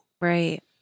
Right